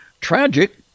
Tragic